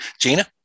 Gina